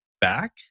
back